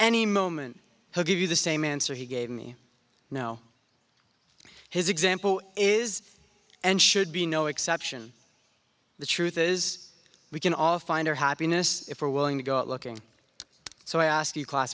any moment who gave you the same answer he gave me no his example is and should be no exception the truth is we can all find our happiness if we're willing to go out looking so i ask you class